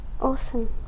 awesome